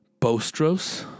Bostros